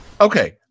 okay